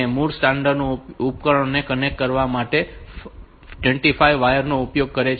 મૂળ સ્ટાન્ડર્ડ ઉપકરણોને કનેક્ટ કરવા માટે 25 વાયર નો ઉપયોગ કરે છે